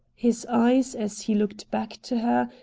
his eyes, as he looked back to her,